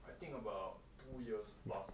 I think about two years plus like that